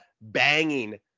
banging